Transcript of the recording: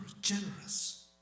generous